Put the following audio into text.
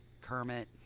Kermit